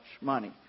money